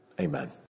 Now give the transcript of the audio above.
Amen